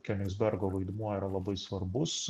kionigsbergo vaidmuo yra labai svarbus